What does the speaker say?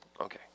Okay